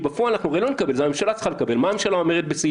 מה הממשלה אומרת?